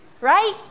Right